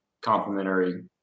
complementary